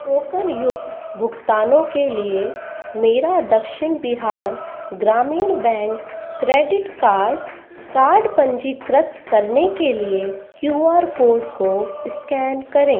टोकनयुक्त भुगतानों के लिए मेरा Dakshin Bihar Gramin bank credit card card पंजीकृत करने के लिए क्यू आर कोड को इस्कैन करें